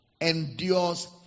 endures